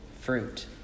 fruit